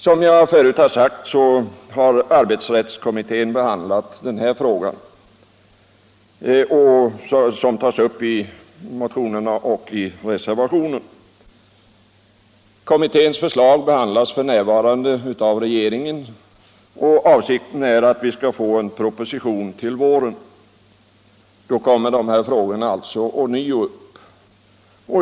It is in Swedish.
Som jag förut har sagt har arbetsrättskommittén behandlat den fråga som tas upp i motionerna och i reservationen. Kommitténs förslag behandlas f. n. av regeringen, och avsikten är att vi skall få en proposition till våren. Då kommer de här frågorna alltså ånyo upp.